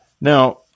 Now